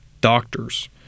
doctors